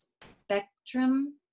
spectrum